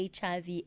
HIV